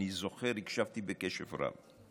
אני זוכר, הקשבתי בקשב רב.